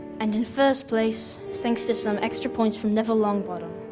and in first place, thanks to some extra points from neville longbottom,